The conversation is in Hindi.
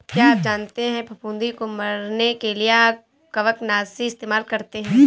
क्या आप जानते है फफूंदी को मरने के लिए कवकनाशी इस्तेमाल करते है?